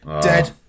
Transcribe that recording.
dead